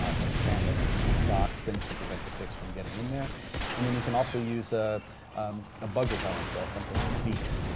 ah tuck your pant legs into your socks, things to prevent the tics from getting in there and then you can also use a bug repellent as something with deet.